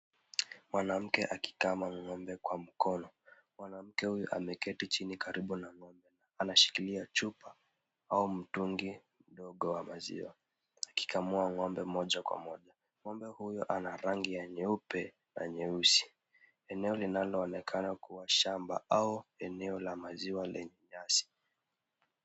Mwanamke akikama ng'ombe kwa mkono. Mwanamke huyo ameketi chini karibu na ng'ombe. Anashikilia chupa au mtungi mdogo wa maziwa akikamua ng'ombe moja kwa moja.Ng'ombe huyo ana rangi ya nyeupe na nyeusi. Eneo linaloonekana kuwa shamba au eneo la maziwa lenye nyasi.